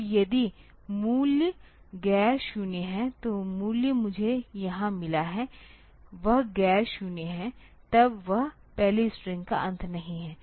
तो यदि मूल्य गैर शून्य है जो मूल्य मुझे यहां मिला है वह गैर शून्य है तब वह पहली स्ट्रिंग का अंत नहीं है